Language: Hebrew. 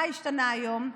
מה השתנה היום?